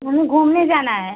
हमें घूमने जाना है